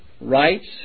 rights